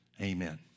amen